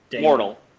mortal